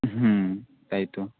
হুম তাই তো